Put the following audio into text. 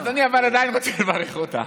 אדוני, אבל אני עדיין רוצה לברך אותה.